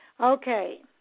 Okay